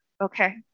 okay